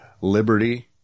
liberty